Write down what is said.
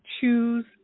choose